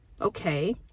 okay